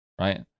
right